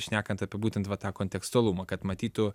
šnekant apie būtent va tą kontekstualumą kad matytų